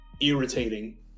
irritating